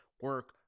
Work